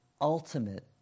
ultimate